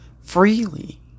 freely